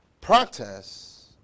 practice